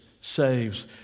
saves